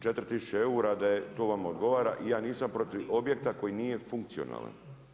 4000 eura to vama odgovara i ja nisam protiv objekata koji nije funkcionalan.